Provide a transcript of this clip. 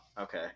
okay